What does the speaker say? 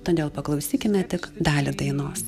todėl paklausykime tik dalį dainos